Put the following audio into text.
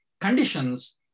conditions